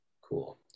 cool